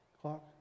clock